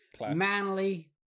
manly